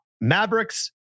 Mavericks